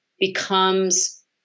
becomes